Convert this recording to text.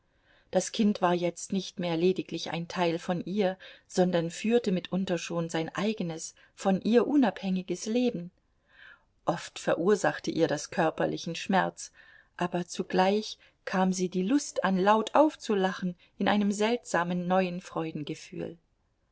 das kind war jetzt nicht mehr lediglich ein teil von ihr sondern führte mitunter schon sein eigenes von ihr unabhängiges leben oft verursachte ihr das körperlichen schmerz aber zugleich kam sie die lust an laut aufzulachen in einem seltsamen neuen